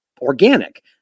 organic